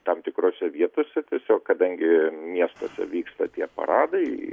tam tikrose vietose tiesiog kadangi miestuose vyksta tie paradai